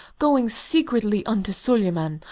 going secretly unto suleyman,